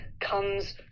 comes